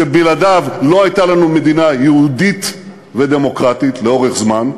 שבלעדיו לא הייתה לנו מדינה יהודית ודמוקרטית לאורך זמן,